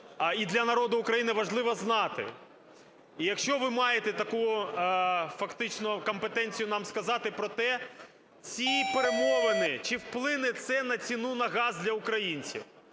і для народу України важливо знати. Якщо ви маєте таку фактично компетенцію нам сказати про те, ці перемовини, чи вплине це на ціну на газ для українців?